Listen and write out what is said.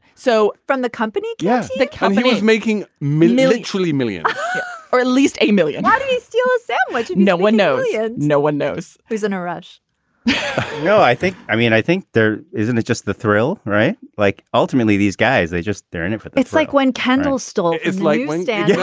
so from the company. yes. the company is making millions, literally millions or at least a million. how do you steal a sandwich? no one knows. yeah no one knows who's in a rush no, i think i mean, i think there. isn't it just the thrill? right. like, ultimately, these guys, they just they're in it but it's like when candles stall. it's like one day. yeah